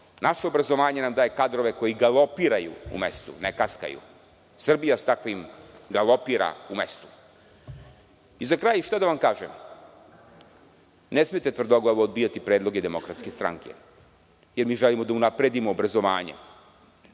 Naše obrazovanje nam daje kadrove koji galopiraju u mestu, ne kaskaju. Srbija s takvim galopira u mestu.I za kraj, šta da vam kažem, ne smete tvrdoglavo odbijati predloge DS, jer mi želimo da unapredimo obrazovanje.